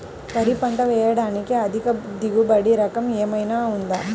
వరి పంట వేయటానికి అధిక దిగుబడి రకం ఏమయినా ఉందా?